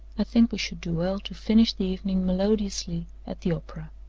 think we should do well to finish the evening melodiously at the opera.